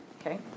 Okay